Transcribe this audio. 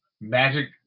magic